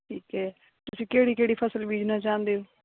ਠੀਕ ਹੈ ਤੁਸੀਂ ਕਿਹੜੀ ਕਿਹੜੀ ਫ਼ਸਲ ਬੀਜਣਾ ਚਾਹੰਦੇ ਹੋ